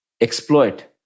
exploit